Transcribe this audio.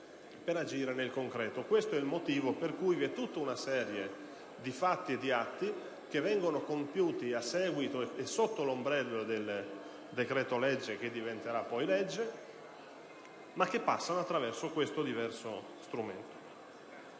nel concreto. Per cui una serie di fatti e di atti vengono compiuti a seguito e sotto l'ombrello del decreto-legge, che diventerà poi legge, ma passano attraverso questo diverso strumento.